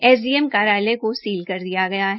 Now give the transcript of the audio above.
SDM कार्यालय को seal कर दिया गया है